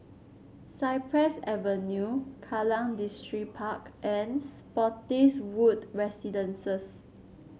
Cypress Avenue Kallang Distripark and Spottiswoode Residences